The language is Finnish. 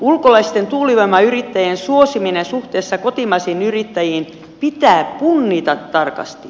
ulkolaisten tuulivoimayrittäjien suosiminen suhteessa kotimaisiin yrittäjiin pitää punnita tarkasti